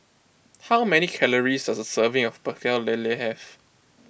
how many calories does a serving of Pecel Lele have